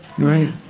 Right